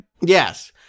Yes